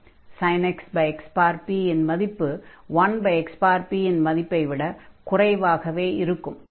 sin x xp - இன் மதிப்பு 1xp இன் மதிப்பை விடக் குறைவாகவே இருக்கும்